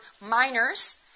minors